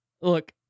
look